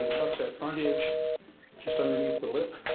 touch that front edge just underneath the lip.